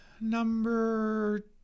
number